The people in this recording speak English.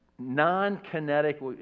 non-kinetic